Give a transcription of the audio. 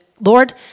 Lord